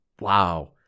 Wow